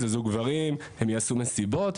זה זוג גברים, הם יעשו מסיבות.